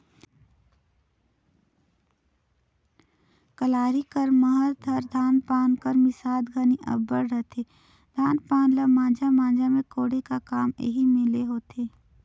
कलारी कर महत हर धान पान कर मिसात घनी अब्बड़ रहथे, धान पान ल माझा माझा मे कोड़े का काम एही मे ले होथे